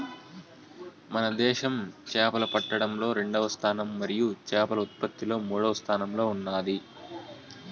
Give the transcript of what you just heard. మన దేశం చేపలు పట్టడంలో రెండవ స్థానం మరియు చేపల ఉత్పత్తిలో మూడవ స్థానంలో ఉన్నాది